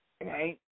right